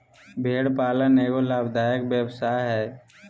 भेड़ पालन एगो लाभदायक व्यवसाय हइ